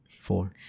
four